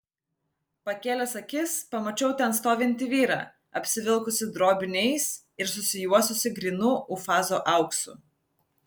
pakėlęs akis pamačiau ten stovintį vyrą apsivilkusį drobiniais ir susijuosusį grynu ufazo auksu